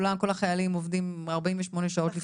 כל החיילים עובדים 48 שעות לפני זה.